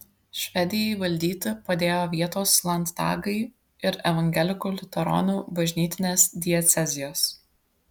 švedijai valdyti padėjo vietos landtagai ir evangelikų liuteronų bažnytinės diecezijos